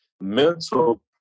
mental